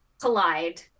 collide